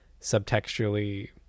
subtextually